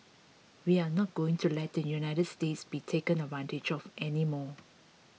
we are not going to let the United States be taken advantage of any more